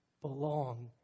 belong